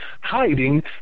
hiding